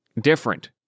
different